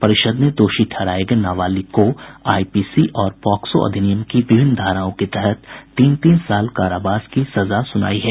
परिषद् ने दोषी ठहराये गये नाबालिग को आईपीसी और पॉक्सो अधिनियम की विभिन्न धाराओं के तहत तीन तीन साल कारावास का सजा सुनायी है